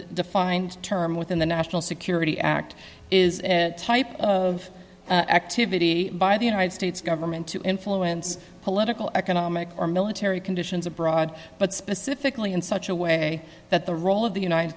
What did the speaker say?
defined term within the national security act is a type of activity by the united states government to influence political economic or military conditions abroad but specifically in such a way that the role of the united